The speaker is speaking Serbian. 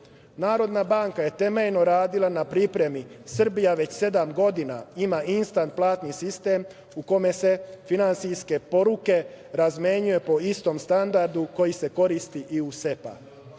banka je temeljno radila na pripremi. Srbija već sedam godina ima instant platni sistem u kome se finansijske poruke razmenjuju po istom standardu koji se koristi i u SEPA.